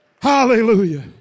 hallelujah